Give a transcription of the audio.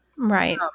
Right